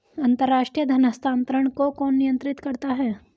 अंतर्राष्ट्रीय धन हस्तांतरण को कौन नियंत्रित करता है?